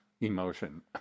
emotion